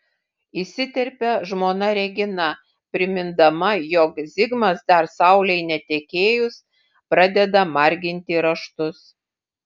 įsiterpia žmona regina primindama jog zigmas dar saulei netekėjus pradeda marginti raštus